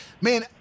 man